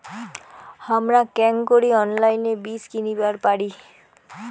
হামরা কেঙকরি অনলাইনে বীজ কিনিবার পারি?